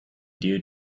due